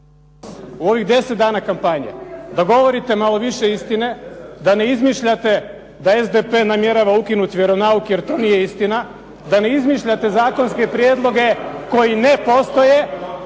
u ovih 10 dana kampanje da govorite malo više istine, da ne izmišljate da SDP namjerava ukinuti vjeronauk jer to nije istina, da ne izmišljate zakonske prijedloge koji ne postoje.